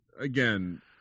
again